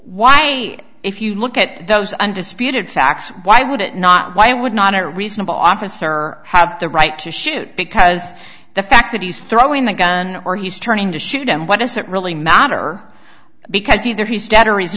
why if you look at those undisputed facts why would it not why would not a reasonable officer have the right to shoot because the fact that he's throwing the gun or he's turning to shoot him what does that really matter because either he's dead or